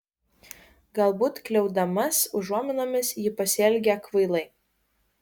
galbūt kliaudamas užuominomis ji pasielgė kvailai